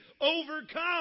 overcome